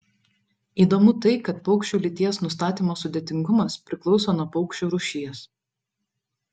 įdomu tai kad paukščių lyties nustatymo sudėtingumas priklauso nuo paukščio rūšies